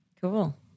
Cool